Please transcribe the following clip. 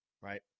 Right